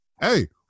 hey